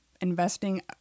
investing